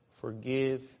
forgive